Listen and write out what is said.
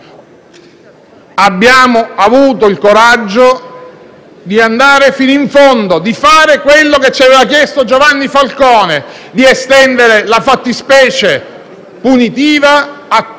abbiamo avuto il coraggio di andare fino in fondo, di fare quello che ci aveva chiesto Giovanni Falcone: di estendere la fattispecie punitiva a tutto